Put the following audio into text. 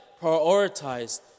prioritized